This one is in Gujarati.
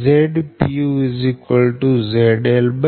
Zpu ZLZB